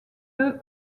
eux